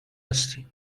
هستی